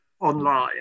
online